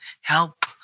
help